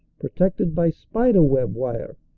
protected by spider-web wire,